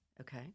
okay